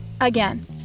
again